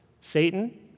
Satan